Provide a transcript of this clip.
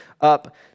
up